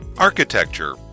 Architecture